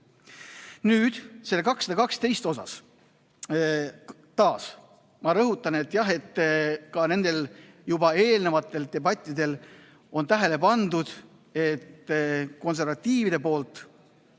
Nüüd selle 212 puhul taas ma rõhutan, et jah, ka nendel juba eelnevatel debattidel on tähele pandud, et konservatiivide poolt